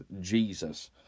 Jesus